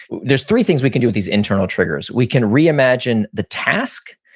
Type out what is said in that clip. there's three things we can do with these internal triggers. we can reimagine the task,